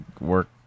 work